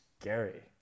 scary